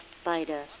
spider